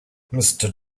mister